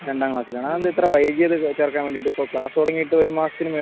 രണ്ടാം ക്ലാസ്സിലാണോ അതെന്താ ഇത്ര വൈകിയത് ചേർക്കാൻ വേണ്ടീട്ട് ഇപ്പോൾ ക്ലാസ് തുടങ്ങീട്ട് ഒരു മാസത്തിന് മേൽ